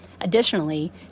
Additionally